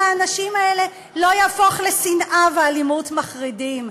האנשים האלה לא יהפוך לשנאה ואלימות מחרידות.